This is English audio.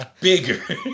bigger